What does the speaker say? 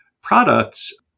products